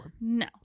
No